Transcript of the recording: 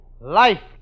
Life